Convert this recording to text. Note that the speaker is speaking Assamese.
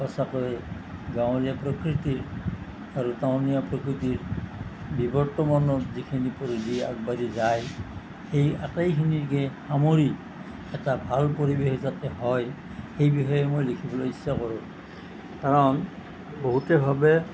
সঁচাকৈ গাঁৱলীয়া প্ৰকৃতি আৰু টাউনীয়া প্ৰকৃতিৰ বিৱৰ্তমানত যিখিনিৰ উপৰেদি আগবাঢ়ি যায় সেই আটাইখিনিকে সামৰি এটা ভাল পৰিৱেশ যাতে হয় সেই বিষয়ে মই লিখিবলৈ ইচ্ছা কৰোঁ কাৰণ বহুতে ভাবে